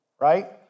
right